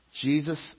Jesus